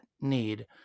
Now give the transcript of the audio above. need